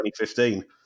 2015